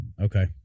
Okay